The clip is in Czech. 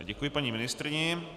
Děkuji paní ministryni.